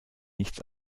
nichts